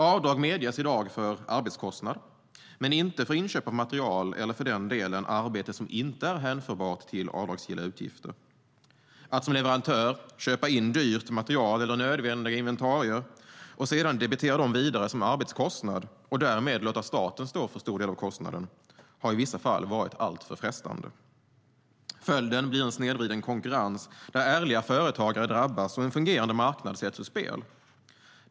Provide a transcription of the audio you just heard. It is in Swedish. Avdrag medges i dag för arbetskostnad, men inte för inköp av material eller för arbete som inte är hänförbart till avdragsgilla utgifter. Att som leverantör köpa in dyrt material eller nödvändiga inventarier och sedan debitera dem vidare som arbetskostnad och därmed låta staten stå för en stor del av kostnaden har i vissa fall varit alltför frestande. Följden blir en snedvriden konkurrens där ärliga företagare drabbas och en fungerande marknad sätts ur spel.